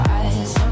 eyes